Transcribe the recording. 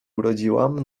urodziłam